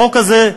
החוק הזה,